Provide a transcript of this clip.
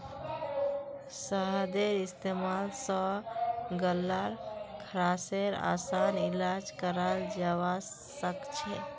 शहदेर इस्तेमाल स गल्लार खराशेर असान इलाज कराल जबा सखछे